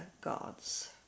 gods